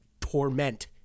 torment